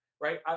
right